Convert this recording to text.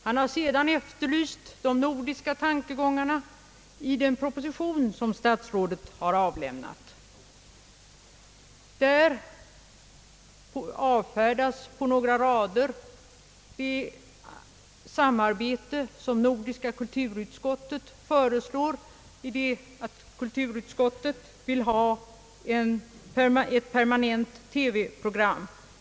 Han har sedan efterlyst de nordiska tankegångarna i den proposition, som statsrådet avlämnat. Där avfärdas på några rader det samarbete som nordiska kulturutskottet föreslår i det att utskottet vill ha ett permanent nordiskt TV-program.